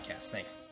Thanks